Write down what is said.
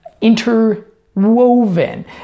interwoven